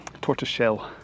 tortoiseshell